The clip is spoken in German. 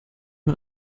man